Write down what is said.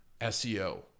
SEO